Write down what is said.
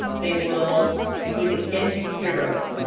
they will be the kids' heroes,